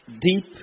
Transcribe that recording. deep